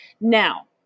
now